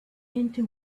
into